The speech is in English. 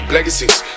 Legacies